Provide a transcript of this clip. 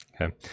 Okay